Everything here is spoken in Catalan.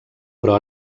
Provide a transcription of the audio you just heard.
però